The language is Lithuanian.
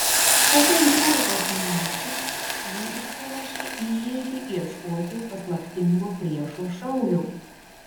po penkiolikos minučių ji išsiruošė į žygį ieškoti paslaptingo priešo šaulio